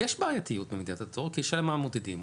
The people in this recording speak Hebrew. יש בעייתיות במדידת התור כי השאלה מה מודדים.